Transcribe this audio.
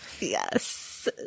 Yes